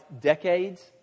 decades